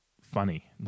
funny